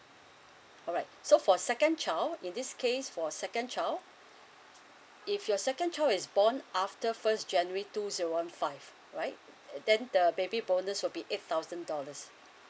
alright so for second child in this case for second child if your second child is born after first january two zero one five right then the baby bonus will be eight thousand dollars